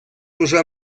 уже